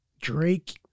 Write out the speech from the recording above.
Drake